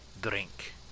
Drink